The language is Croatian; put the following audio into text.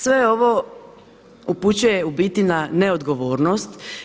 Sve ovo upućuje u biti na neodgovornost.